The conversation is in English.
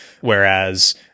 Whereas